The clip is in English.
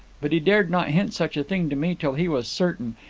but he dared not hint such a thing to me till he was certain,